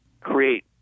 create